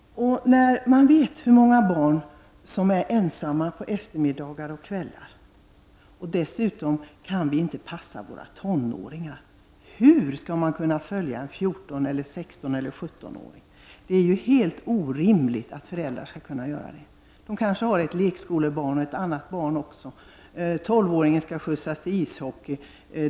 Vi vet hur många barn som är ensamma på eftermiddagar och kvällar. Dessutom kan vi inte passa våra tonåringar — hur skall man kunna följa en 14-, 16 eller 17-åring? Det är ju helt orimligt att föräldrar skall kunna göra det. De kanske har ett lekskolebarn och ett ytterligare barn. 12-åringen skall skjutsas till ishockey.